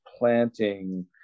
planting